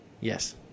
Yes